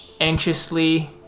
anxiously